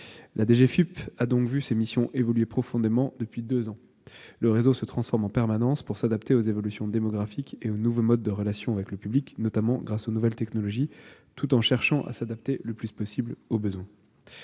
La DGFiP a vu ses missions évoluer profondément depuis deux ans. Le réseau se transforme en permanence pour s'adapter aux évolutions démographiques et aux nouveaux modes de relations avec le public, notamment grâce aux nouvelles technologies, tout en cherchant à s'adapter le plus possible aux besoins.